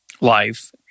life